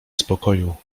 spokoju